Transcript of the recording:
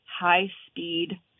high-speed